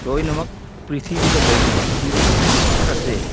ꯂꯣꯏꯅꯃꯛ ꯄ꯭ꯔꯤꯊꯤꯕꯤꯗ ꯂꯩꯔꯤꯕ ꯍꯤꯡꯂꯤꯕ ꯄꯨꯝꯅꯃꯛ ꯑꯁꯦ